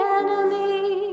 enemy